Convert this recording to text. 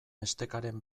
estekaren